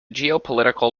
geopolitical